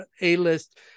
A-list